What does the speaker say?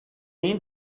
این